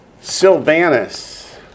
Sylvanus